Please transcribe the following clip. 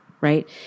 Right